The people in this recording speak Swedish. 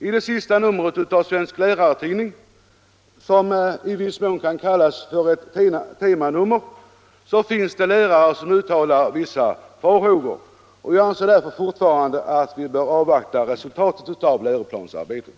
I ett nyligen utkommet temanummer av en svensk lärartidning finns lärare som uttalar vissa farhågor. Jag anser därför fortfarande att vi bör avvakta resultatet av läroplansarbetet.